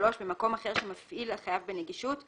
במקום אחר שמפעיל החייב בנגישות,